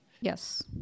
Yes